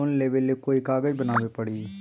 Loan लेबे ले कोई कागज बनाने परी?